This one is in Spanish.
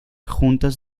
juntas